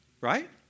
Right